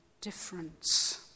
difference